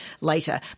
later